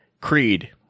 Creed